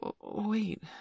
Wait